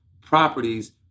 properties